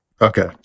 Okay